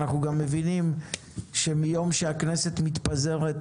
אנחנו גם מבינים שמיום שהכנסת מתפזרת,